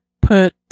put